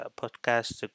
podcast